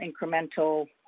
incremental